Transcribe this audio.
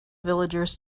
villagers